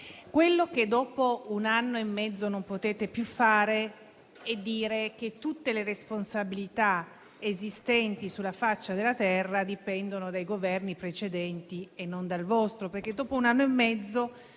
quello che dopo un anno e mezzo non potete più fare è dire che tutte le responsabilità esistenti sulla faccia della terra dipendono dai Governi precedenti e non dal vostro, perché, dopo un anno e mezzo,